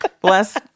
Bless